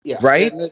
right